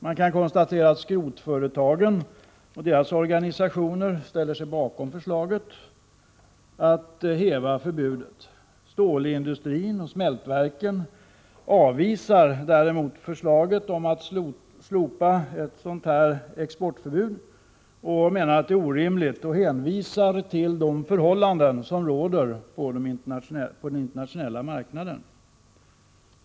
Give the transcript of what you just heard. Man kan konstatera att skrotföretagen och deras organisationer ställer sig bakom förslaget att häva förbudet. Stålindustrin och smältverken avvisar däremot förslaget om att slopa exportförbudet. Man menar att förslaget är orimligt och hänvisar till de förhållanden som råder på den internationella marknaden.